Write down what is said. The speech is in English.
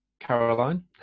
Caroline